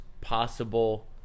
possible